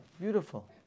Beautiful